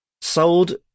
Sold